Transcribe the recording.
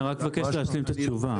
אני רק מבקש להשלים את התשובה.